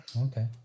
Okay